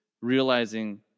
realizing